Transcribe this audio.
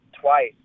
twice